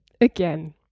again